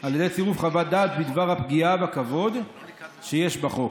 על ידי צירוף חוות דעת בדבר הפגיעה בכבוד שיש בחוק.